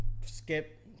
skip